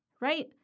right